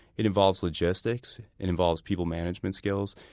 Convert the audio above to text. it involves logistics, it involves people management skills,